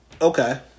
Okay